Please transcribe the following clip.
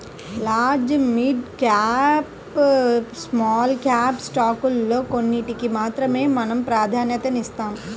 large, mid cap, small cap స్టాకుల్లో కొన్నిటికి మాత్రమే మనం ప్రాధన్యతనిస్తాం